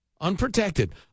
unprotected